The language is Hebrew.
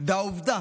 והעובדה